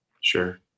Sure